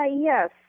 yes